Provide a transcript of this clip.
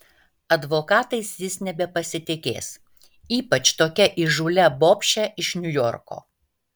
advokatais jis nebepasitikės ypač tokia įžūlia bobše iš niujorko